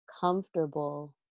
comfortable